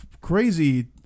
Crazy